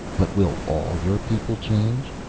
but will all your people change?